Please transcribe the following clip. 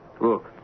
Look